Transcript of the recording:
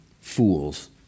fools